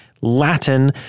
latin